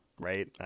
Right